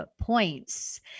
points